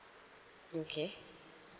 okay